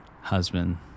husband